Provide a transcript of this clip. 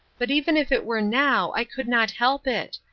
but even if it were now, i could not help it.